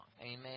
Amen